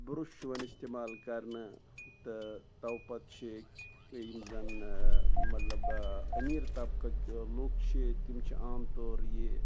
بُرُش چھُ یِوان اِستعمال کرنہٕ تہٕ توپت چھِ بیٚیہِ یِم زن مطلب أمیٖر تَبکٕکۍ لُکھ چھِ تِم چھِ عام طور یہِ